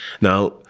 Now